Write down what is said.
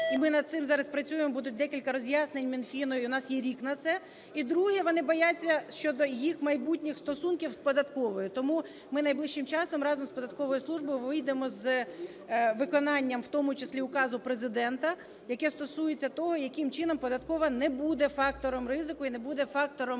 і ми над цим зараз працюємо, будуть декілька роз’яснень Мінфіну і у нас є рік на це. І друге – вони бояться щодо їх майбутніх стосунків з Податковою. Тому ми найближчим часом разом з Податковою службою вийдемо з виконанням в тому числі Указу Президента, який стосується того, яким чином Податкова не буде фактором ризику і не буде фактором,